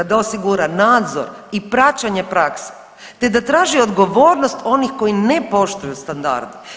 Da osigura nadzor i praćenje prakse te da traži odgovornost onih koji ne poštuju standarde.